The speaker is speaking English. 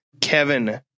Kevin